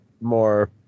more